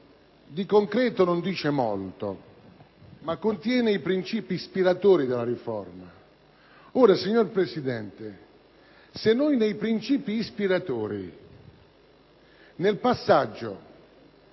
di concreto, non dice molto, ma contiene i principi ispiratori della riforma. Signor Presidente, se noi dai principi ispiratori eliminiamo